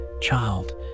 child